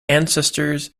ancestors